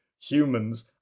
humans